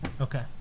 Okay